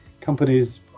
companies